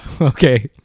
okay